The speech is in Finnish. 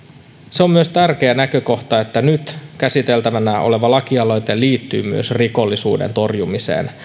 se on myös tärkeä näkökohta että nyt käsiteltävänä oleva lakialoite liittyy myös rikollisuuden torjumiseen